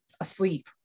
asleep